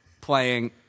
playing